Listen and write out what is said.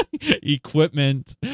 equipment